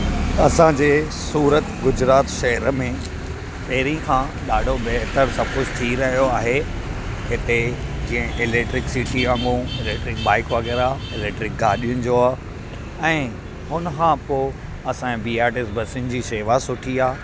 असांजे सूरत गुजरात शहर में पहिरीं खां ॾाढो बहितरु सभु कुझ थी रहियो आहे हिते जीअं इलैक्ट्रीक सिटी वांगुरु इलैक्ट्रीक बाइक वग़ैरह इलैक्ट्रीक ॻाडीयुनि जो ऐं हुन खां पोइ असांजे बी आर टी एस बसियुनि जी शेवा सुठी आहे